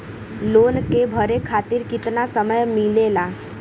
Loan के भरे खातिर कितना समय मिलेला?